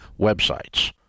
websites